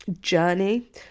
journey